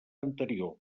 anterior